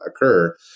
occur